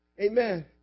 amen